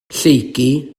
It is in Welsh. lleucu